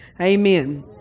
Amen